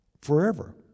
forever